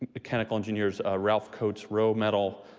ah kind of engineers ralph coats roe medal,